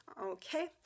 Okay